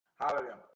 Hallelujah